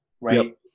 right